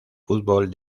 fútbol